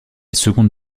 seconde